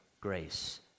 grace